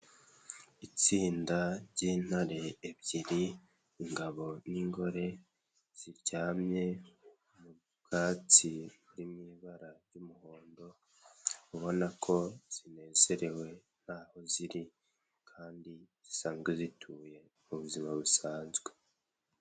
Itsinda ry'intare ebyiri ingabo n'ingore ziryamye mu bwatsi mu ibara ry'umuhondo zikaba zinezerewe aho ziri kandi niho zisanzwe zituye mu buzima busanzwe.